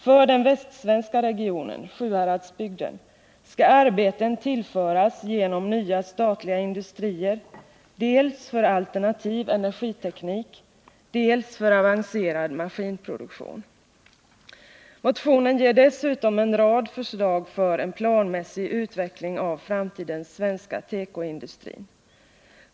För den västsvenska 65 regionen skall arbeten tillföras genom nya statliga industrier dels för alternativ energiteknik, dels för avancerad maskinproduktion.” Motionen ger dessutom en rad förslag för en planmässig utveckling av framtidens svenska tekoindustri.